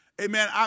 Amen